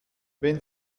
wenn